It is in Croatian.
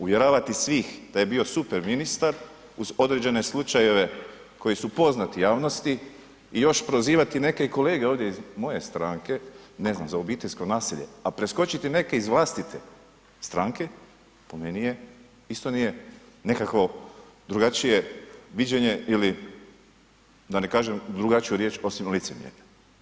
Uvjeravati sve da je bio super ministar uz određene slučajeve koji su poznati javnosti i još prozivati neke i kolege ovdje iz moje stranke, ne znam za obiteljsko nasilje a preskočiti neke iz vlastite stranke po meni je, isto nije nekako drugačije viđenje ili da ne kažem drugačiju riječ osim licemjerja.